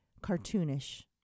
cartoonish